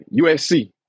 USC